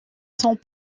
sans